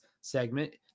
segment